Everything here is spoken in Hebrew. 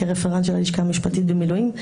כי הרפרנט של הלשכה המשפטית במילואים.